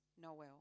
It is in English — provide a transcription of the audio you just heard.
Noel